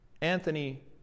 Anthony